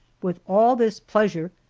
with all this pleasure,